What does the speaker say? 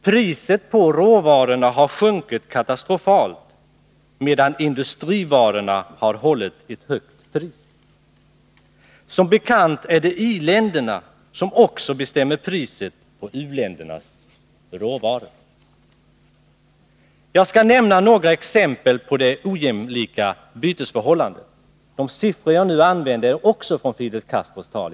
Priset på råvarorna har sjunkit katastrofalt, medan industrivarorna har hållit ett högt pris. Som bekant är det i-länderna som också bestämmer priset på u-ländernas råvaror. Jag skall nämna några exempel på det ojämlika bytesförhållandet. De siffror jag nu nämner är också från Fidel Castros tal.